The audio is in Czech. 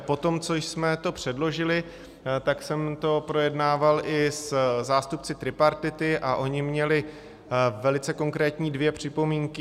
Poté, co jsme to předložili, jsem to projednával i se zástupci tripartity a oni měli dvě velice konkrétní připomínky.